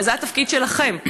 הרי זה התפקיד שלכם.